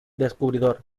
descubridor